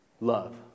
love